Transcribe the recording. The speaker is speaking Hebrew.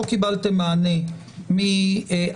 לא קיבלתם מענה מהקונסוליה,